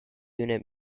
unit